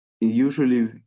usually